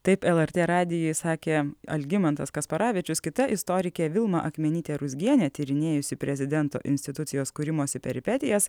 taip lrt radijui sakė algimantas kasparavičius kita istorikė vilma akmenytė ruzgienė tyrinėjusi prezidento institucijos kūrimosi peripetijas